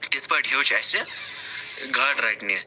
تِتھ پٲٹھۍ ہیٛوچھ اسہِ گاڈٕ رَٹنہِ